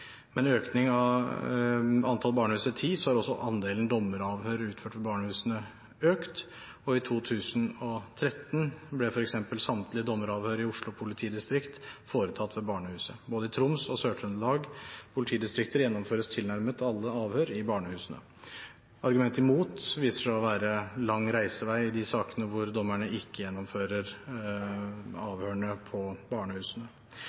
økning av antall barnehus til ti har også andelen dommeravhør utført ved barnehusene økt, og i 2013 ble f.eks. samtlige dommeravhør i Oslo politidistrikt foretatt ved barnehuset. Både i Troms og i Sør-Trøndelag politidistrikter gjennomføres tilnærmet alle avhør i barnehusene. I de sakene der dommerne ikke gjennomfører avhørene på barnehusene, viser hovedargumentet seg å være lang reisevei.